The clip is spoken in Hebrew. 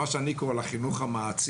מה שאני קורא לו "חינוך מעצים",